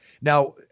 Now